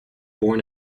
born